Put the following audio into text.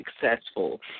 successful